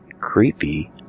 creepy